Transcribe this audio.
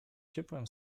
ciepłem